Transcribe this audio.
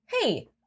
Hey